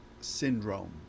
syndrome